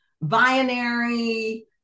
binary